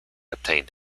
obtained